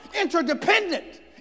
interdependent